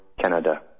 Canada